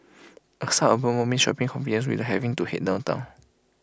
A suburban mall means shopping convenience without having to Head downtown